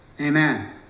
Amen